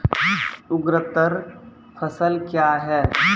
अग्रतर फसल क्या हैं?